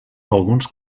alguns